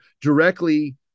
directly